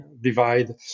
divide